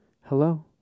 hello